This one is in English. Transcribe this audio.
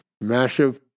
massive